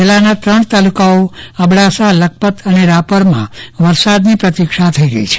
જીલ્લાના ત્રણ તાલુકાના અબડાસા લખપત અને રાપર માં વરસાદની પ્રતીક્ષા થઇ રહી છે